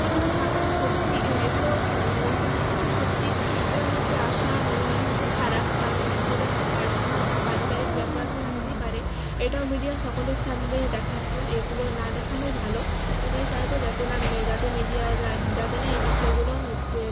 এগুলো থাকা সত্যি এইগুলো লোকজনদের কাছে সত্যি এ হচ্ছে আসা হচ্ছে খারাপ কারণ যে যার তো পার্সোনাল বা পারিবারিক ব্যাপার থাকতেই পারে এটাও মিডিয়া সকলের সামনে দেখাচ্ছে এগুলো না দেখানোই ভালো এটাই চাইবো যাতে নাম যাতে মিডিয়া যাতে না এই বিষয়গুলো হচ্ছে